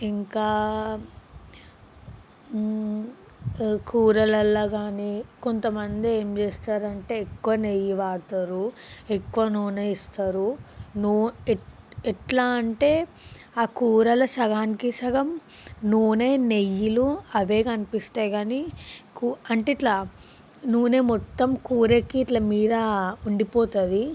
ఇంకా కూరలల్లో కానీ కొంతమంది ఏం చేస్తారంటే ఎక్కువ నెయ్యి వాడతారు ఎక్కువ నూనె వేస్తారు నూ ఎక్కువ ఎట్లా అంటే ఆ కూరల సగానికి సగం నూనె నెయ్యిలు అవే కనిపిస్తాయి కానీ కూ అంటే ఇట్లా నూనె మొత్తం కూరకి ఇట్ల మీద ఉండిపోతుంది